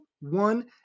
one